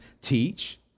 teach